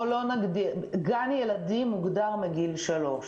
גן ילדים מוגדר מגיל שלוש,